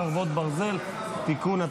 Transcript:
חרבות ברזל) (תיקון),